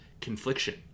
confliction